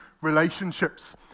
relationships